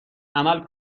عمل